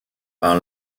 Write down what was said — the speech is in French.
par